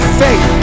faith